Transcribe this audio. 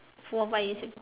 four five years ag~